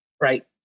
right